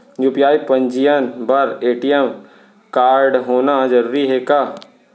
UPI पंजीयन बर ATM कारडहोना जरूरी हे का?